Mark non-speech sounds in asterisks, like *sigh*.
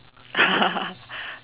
*laughs*